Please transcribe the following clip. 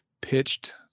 pitched